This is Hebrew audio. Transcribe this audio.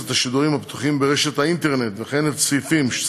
לאשר את החלטת ועדת הכלכלה לפצל את הצעת חוק התוכנית הכלכלית